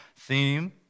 theme